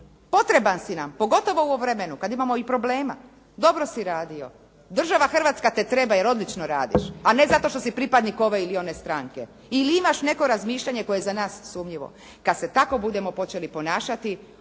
potreban si nam pogotovo u ovom vremenu kad imamo i problema, dobro si radio. Država Hrvatska te treba jer odlično radiš, a ne zato što si pripadnik ove ili one stranke. Ili imaš neko razmišljanje koje je za nas sumnjivo. Kad se tako budemo počeli ponašati,